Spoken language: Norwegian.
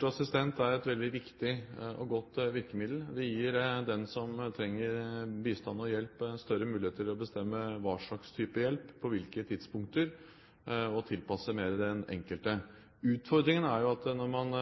personlig assistent er et veldig viktig og godt virkemiddel. Det gir den som trenger bistand og hjelp, større muligheter til å bestemme hva slags type hjelp og på hvilke tidspunkter, og tilpasse den mer til den enkelte. Utfordringen er at når man